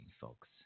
folks